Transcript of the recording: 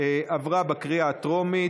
עברה בקריאה הטרומית,